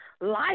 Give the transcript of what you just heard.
life